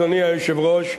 אדוני היושב-ראש,